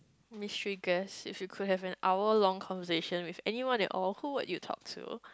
miss three girls if you could have an hour long conversation with anyone at all who would you talk to